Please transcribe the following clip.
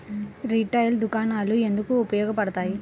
Retail దుకాణాలు ఎందుకు ఉపయోగ పడతాయి?